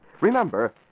Remember